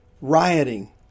rioting